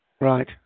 Right